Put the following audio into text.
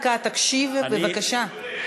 תקשיב, בבקשה.